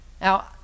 Now